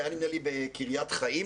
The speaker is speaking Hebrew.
שהיה נדמה לי בקריית חיים,